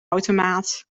automaat